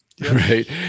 right